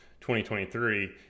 2023